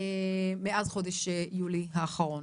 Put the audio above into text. מאז חודש יולי האחרון.